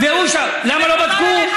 והוא, למה לא בדקו?